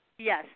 Yes